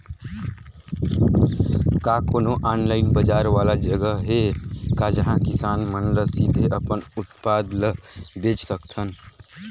का कोनो ऑनलाइन बाजार वाला जगह हे का जहां किसान मन ल सीधे अपन उत्पाद ल बेच सकथन?